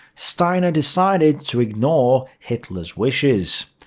steiner decided to ignore hitler's wishes.